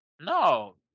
No